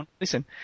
listen